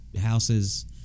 houses